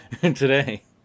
today